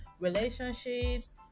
relationships